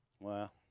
Wow